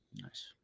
Nice